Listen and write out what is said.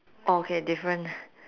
okay different